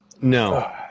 No